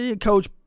coach